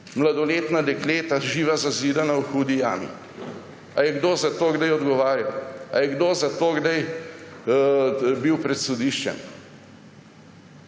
mladoletna dekleta zločinsko živa zazidana v Hudi jami. Ali je kdo za to kdaj odgovarjal? Ali je kdo za to kdaj bil pred sodiščem?